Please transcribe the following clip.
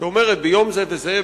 שאומרת: ביום זה וזה,